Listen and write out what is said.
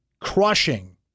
crushing